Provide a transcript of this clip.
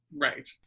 Right